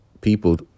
People